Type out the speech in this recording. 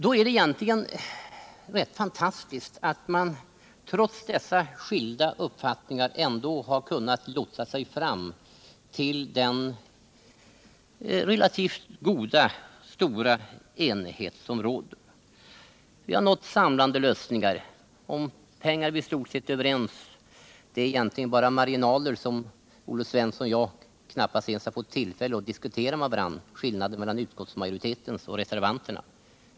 Det är egentligen rätt fantastiskt att man trots dessa skilda uppfattningar har kunnat lotsa sig fram till den relativt stora enighet som råder. Vi har nått samlande lösningar. Om pengar är vi i stort sett överens. Det är egentligen bara marginaler — som Olle Svensson och jag knappast har fått tillfälle att diskutera med varandra — som skiljer utskottsmajoritetens ståndpunkt från reservanternas.